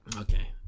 Okay